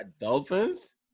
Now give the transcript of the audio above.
Dolphins